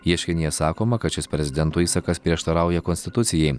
ieškinyje sakoma kad šis prezidento įsakas prieštarauja konstitucijai